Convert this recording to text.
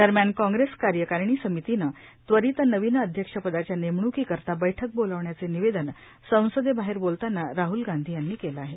दरम्यान कांग्रेस कार्यकारिनी समितीने त्वरीत नवीन अध्यक्ष पदाच्या नेमण्कीकरिता बैठक बोलावण्याचे निवेदन संसदेबाहेर बोलतान राहल गांधी यांनी केलं आहे